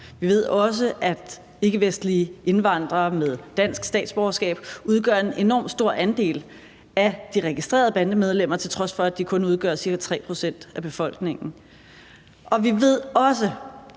Vi ved også, at ikkevestlige indvandrere med dansk statsborgerskab udgør en enormt stor andel af de registrerede bandemedlemmer, til trods for at de kun udgør ca. 3 pct. af befolkningen. Og vi ved også,